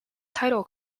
title